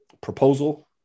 proposal